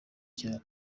cyane